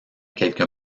quelques